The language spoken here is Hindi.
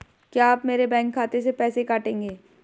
क्या आप मेरे बैंक खाते से पैसे काटेंगे?